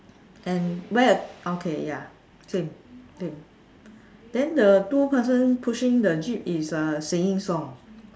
and wear a okay ya same same then the two person pushing the jeep is uh singing song